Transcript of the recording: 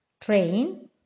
Train